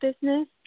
business